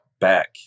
back